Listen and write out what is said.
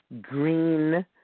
green